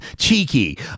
cheeky